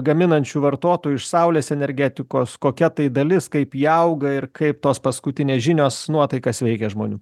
gaminančių vartotojų iš saulės energetikos kokia tai dalis kaip ji auga ir kaip tos paskutinės žinios nuotaikas veikia žmonių